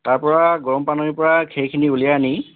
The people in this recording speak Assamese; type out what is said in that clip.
তাৰ পৰা গৰম পানীৰ পৰা খেৰখিনি উলিয়াই আনি